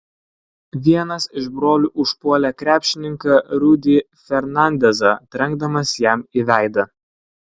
vienas iš brolių užpuolė krepšininką rudy fernandezą trenkdamas jam į veidą